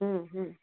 হুম হুম